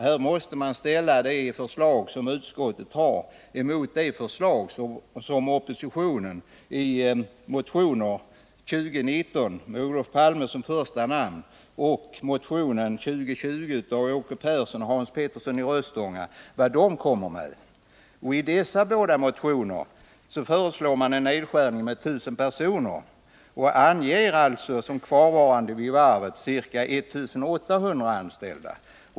Man måste ställa utskottets förslag mot motionsförslagen, dels från oppositionen i motion 2019, med Olof Palme som första namn, dels i motion 2020 av Åke Persson och Hans Petersson i Röstånga. I båda dessa motioner föreslår man en nedskärning med 1000 personer och anger alltså som kvarvarande vid varvet ca 1800 anställda.